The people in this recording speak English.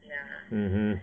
mhm